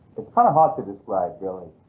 it's kind of hard to describe really,